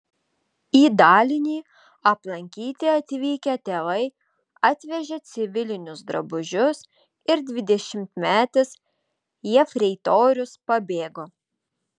į dalinį aplankyti atvykę tėvai atvežė civilinius drabužius ir dvidešimtmetis jefreitorius pabėgo